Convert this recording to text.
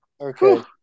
Okay